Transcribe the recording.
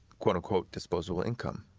quote unquote, disposable income.